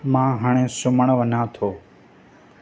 मां हाणे सुम्हणु वञां थो